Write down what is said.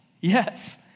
Yes